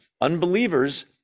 unbelievers